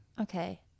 Okay